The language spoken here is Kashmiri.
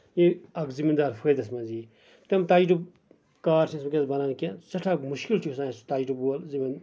ییٚلہِ اکھ زٔمیٖن دار فٲیدَس منٛز یہِ تِم تَجرُبہٕ کار چھِنہٕ ؤنکیٚس بَنان کیٚنہہ سٮ۪ٹھاہ مُشکِل چھُ گژھان اسہِ تَجرُب وول